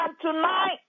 tonight